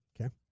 Okay